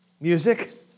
Music